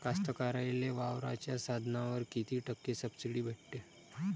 कास्तकाराइले वावराच्या साधनावर कीती टक्के सब्सिडी भेटते?